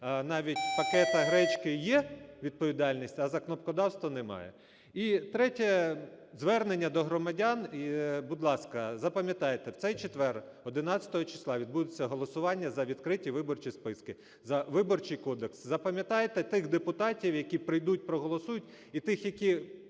навіть пакета гречки, є відповідальність, а за кнопкодавство – немає. І третє звернення до громадян і, будь ласка, запам'ятайте, в цей четвер 11 числа відбудеться голосування за відкриті виборчі списки, за Виборчій кодекс, запам'ятайте тих депутатів, які прийдуть, проголосують і тих, які